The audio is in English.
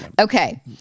okay